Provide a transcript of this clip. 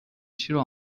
چیزو